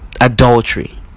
Adultery